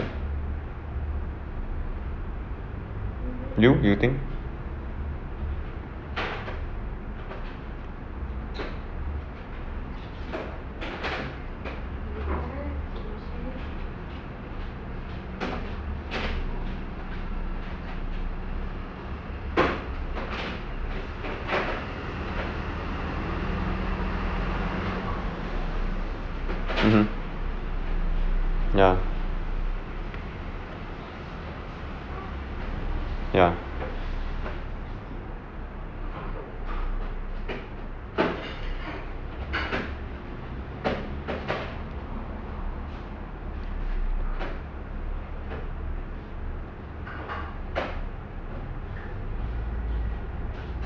you you think mmhmm ya ya